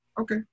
Okay